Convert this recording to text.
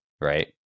right